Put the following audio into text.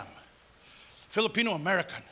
Filipino-American